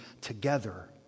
together